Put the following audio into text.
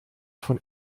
von